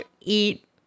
eat